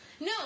No